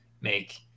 make